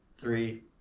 three